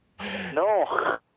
No